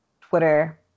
Twitter